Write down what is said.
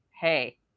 hey